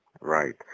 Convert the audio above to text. Right